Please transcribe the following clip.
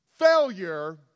Failure